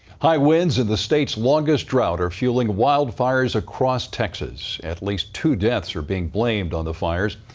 high winds and the state's longest drought are fueling wildfires across texas. at least two deaths are being blamed on the fires.